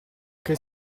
che